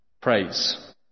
Praise